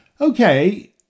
Okay